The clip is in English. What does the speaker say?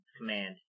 command